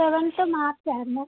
seventh March ആയിരുന്നു